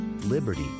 Liberty